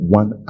one